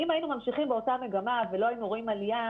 אם היינו ממשיכים באותה מגמה ולא היינו רואים עלייה,